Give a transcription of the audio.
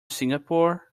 singapore